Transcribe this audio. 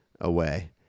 away